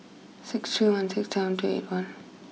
six three one six seven two eight one